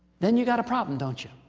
then you've got a problem, don't you?